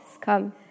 come